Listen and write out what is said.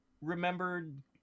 remembered